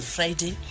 Friday